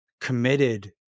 committed